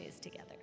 together